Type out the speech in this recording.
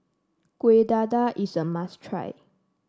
Kueh Dadar is a must try